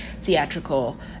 Theatrical